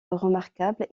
remarquable